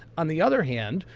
on the other hand,